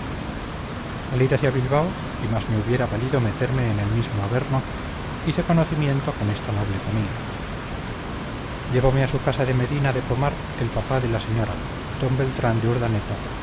ir hacia bilbao y más me hubiera valido meterme en el mismo averno hice conocimiento con esta noble familia llevome a su casa de medina de pomar el papá de la señora d beltrán de urdaneta